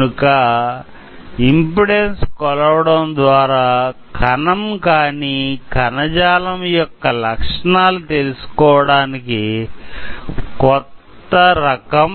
కనుక ఇమ్పెడాన్సు కొలవడం ద్వారం కణం కానీ కణ జాలం యొక్క లక్షణాలు తెలుసుకోవడానికి క్రొత్త రకం